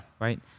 Right